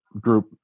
group